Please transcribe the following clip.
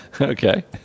Okay